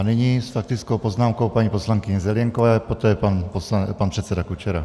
Nyní s faktickou poznámkou paní poslankyně Zelienková, poté pan poslanec pan předseda Kučera.